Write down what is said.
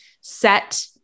set